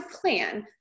plan